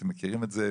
אתם מכירים את זה,